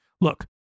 Look